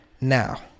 Now